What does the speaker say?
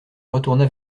retourna